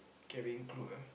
cabin crew ah